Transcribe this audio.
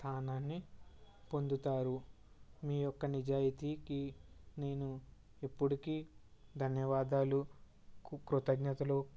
స్థానాన్ని పొందుతారు మీ యొక్క నిజాయితీ కి నేను ఎప్పుడికి ధన్యవాదాలు కు కృతఙ్ఞతలు